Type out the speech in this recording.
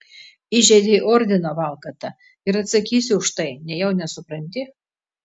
įžeidei ordiną valkata ir atsakysi už tai nejau nesupranti